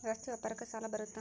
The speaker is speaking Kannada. ರಸ್ತೆ ವ್ಯಾಪಾರಕ್ಕ ಸಾಲ ಬರುತ್ತಾ?